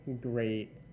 great